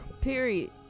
Period